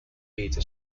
beta